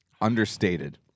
understated